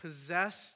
possessed